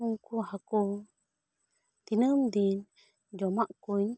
ᱩᱱᱠᱩ ᱦᱟᱹᱠᱩ ᱛᱤᱱᱟᱹᱢ ᱫᱤᱱ ᱡᱚᱢᱟ ᱠᱚᱹᱧ